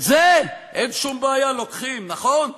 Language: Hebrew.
את זה, אין שום בעיה, לוקחים, נכון?